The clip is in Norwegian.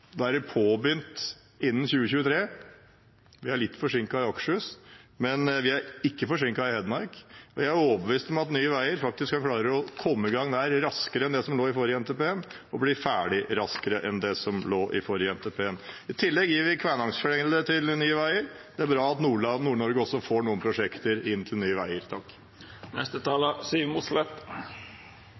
påbegynt innen 2023. Vi er litt forsinket i Akershus, men vi er ikke forsinket i Hedmark, og jeg er overbevist om at Nye veier faktisk skal klare å komme i gang der raskere enn det som lå inne i forrige NTP, og bli ferdig raskere enn det som lå inne i forrige NTP. I tillegg gir vi Kvænangsfjellet til Nye veier. Det er bra at Nord-Norge også får noen prosjekter inn til Nye veier.